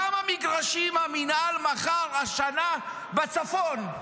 כמה מגרשים המינהל מכר השנה בצפון?